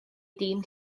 dîm